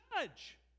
judge